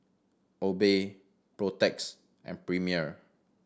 Obey Protex and Premier